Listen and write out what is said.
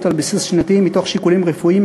על בסיס שנתי מתוך שיקולים רפואיים,